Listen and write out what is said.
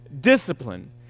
discipline